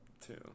Two